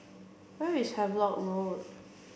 where is Havelock Road